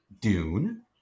Dune